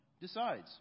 decides